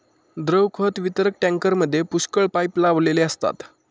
द्रव खत वितरक टँकरमध्ये पुष्कळ पाइप लावलेले असतात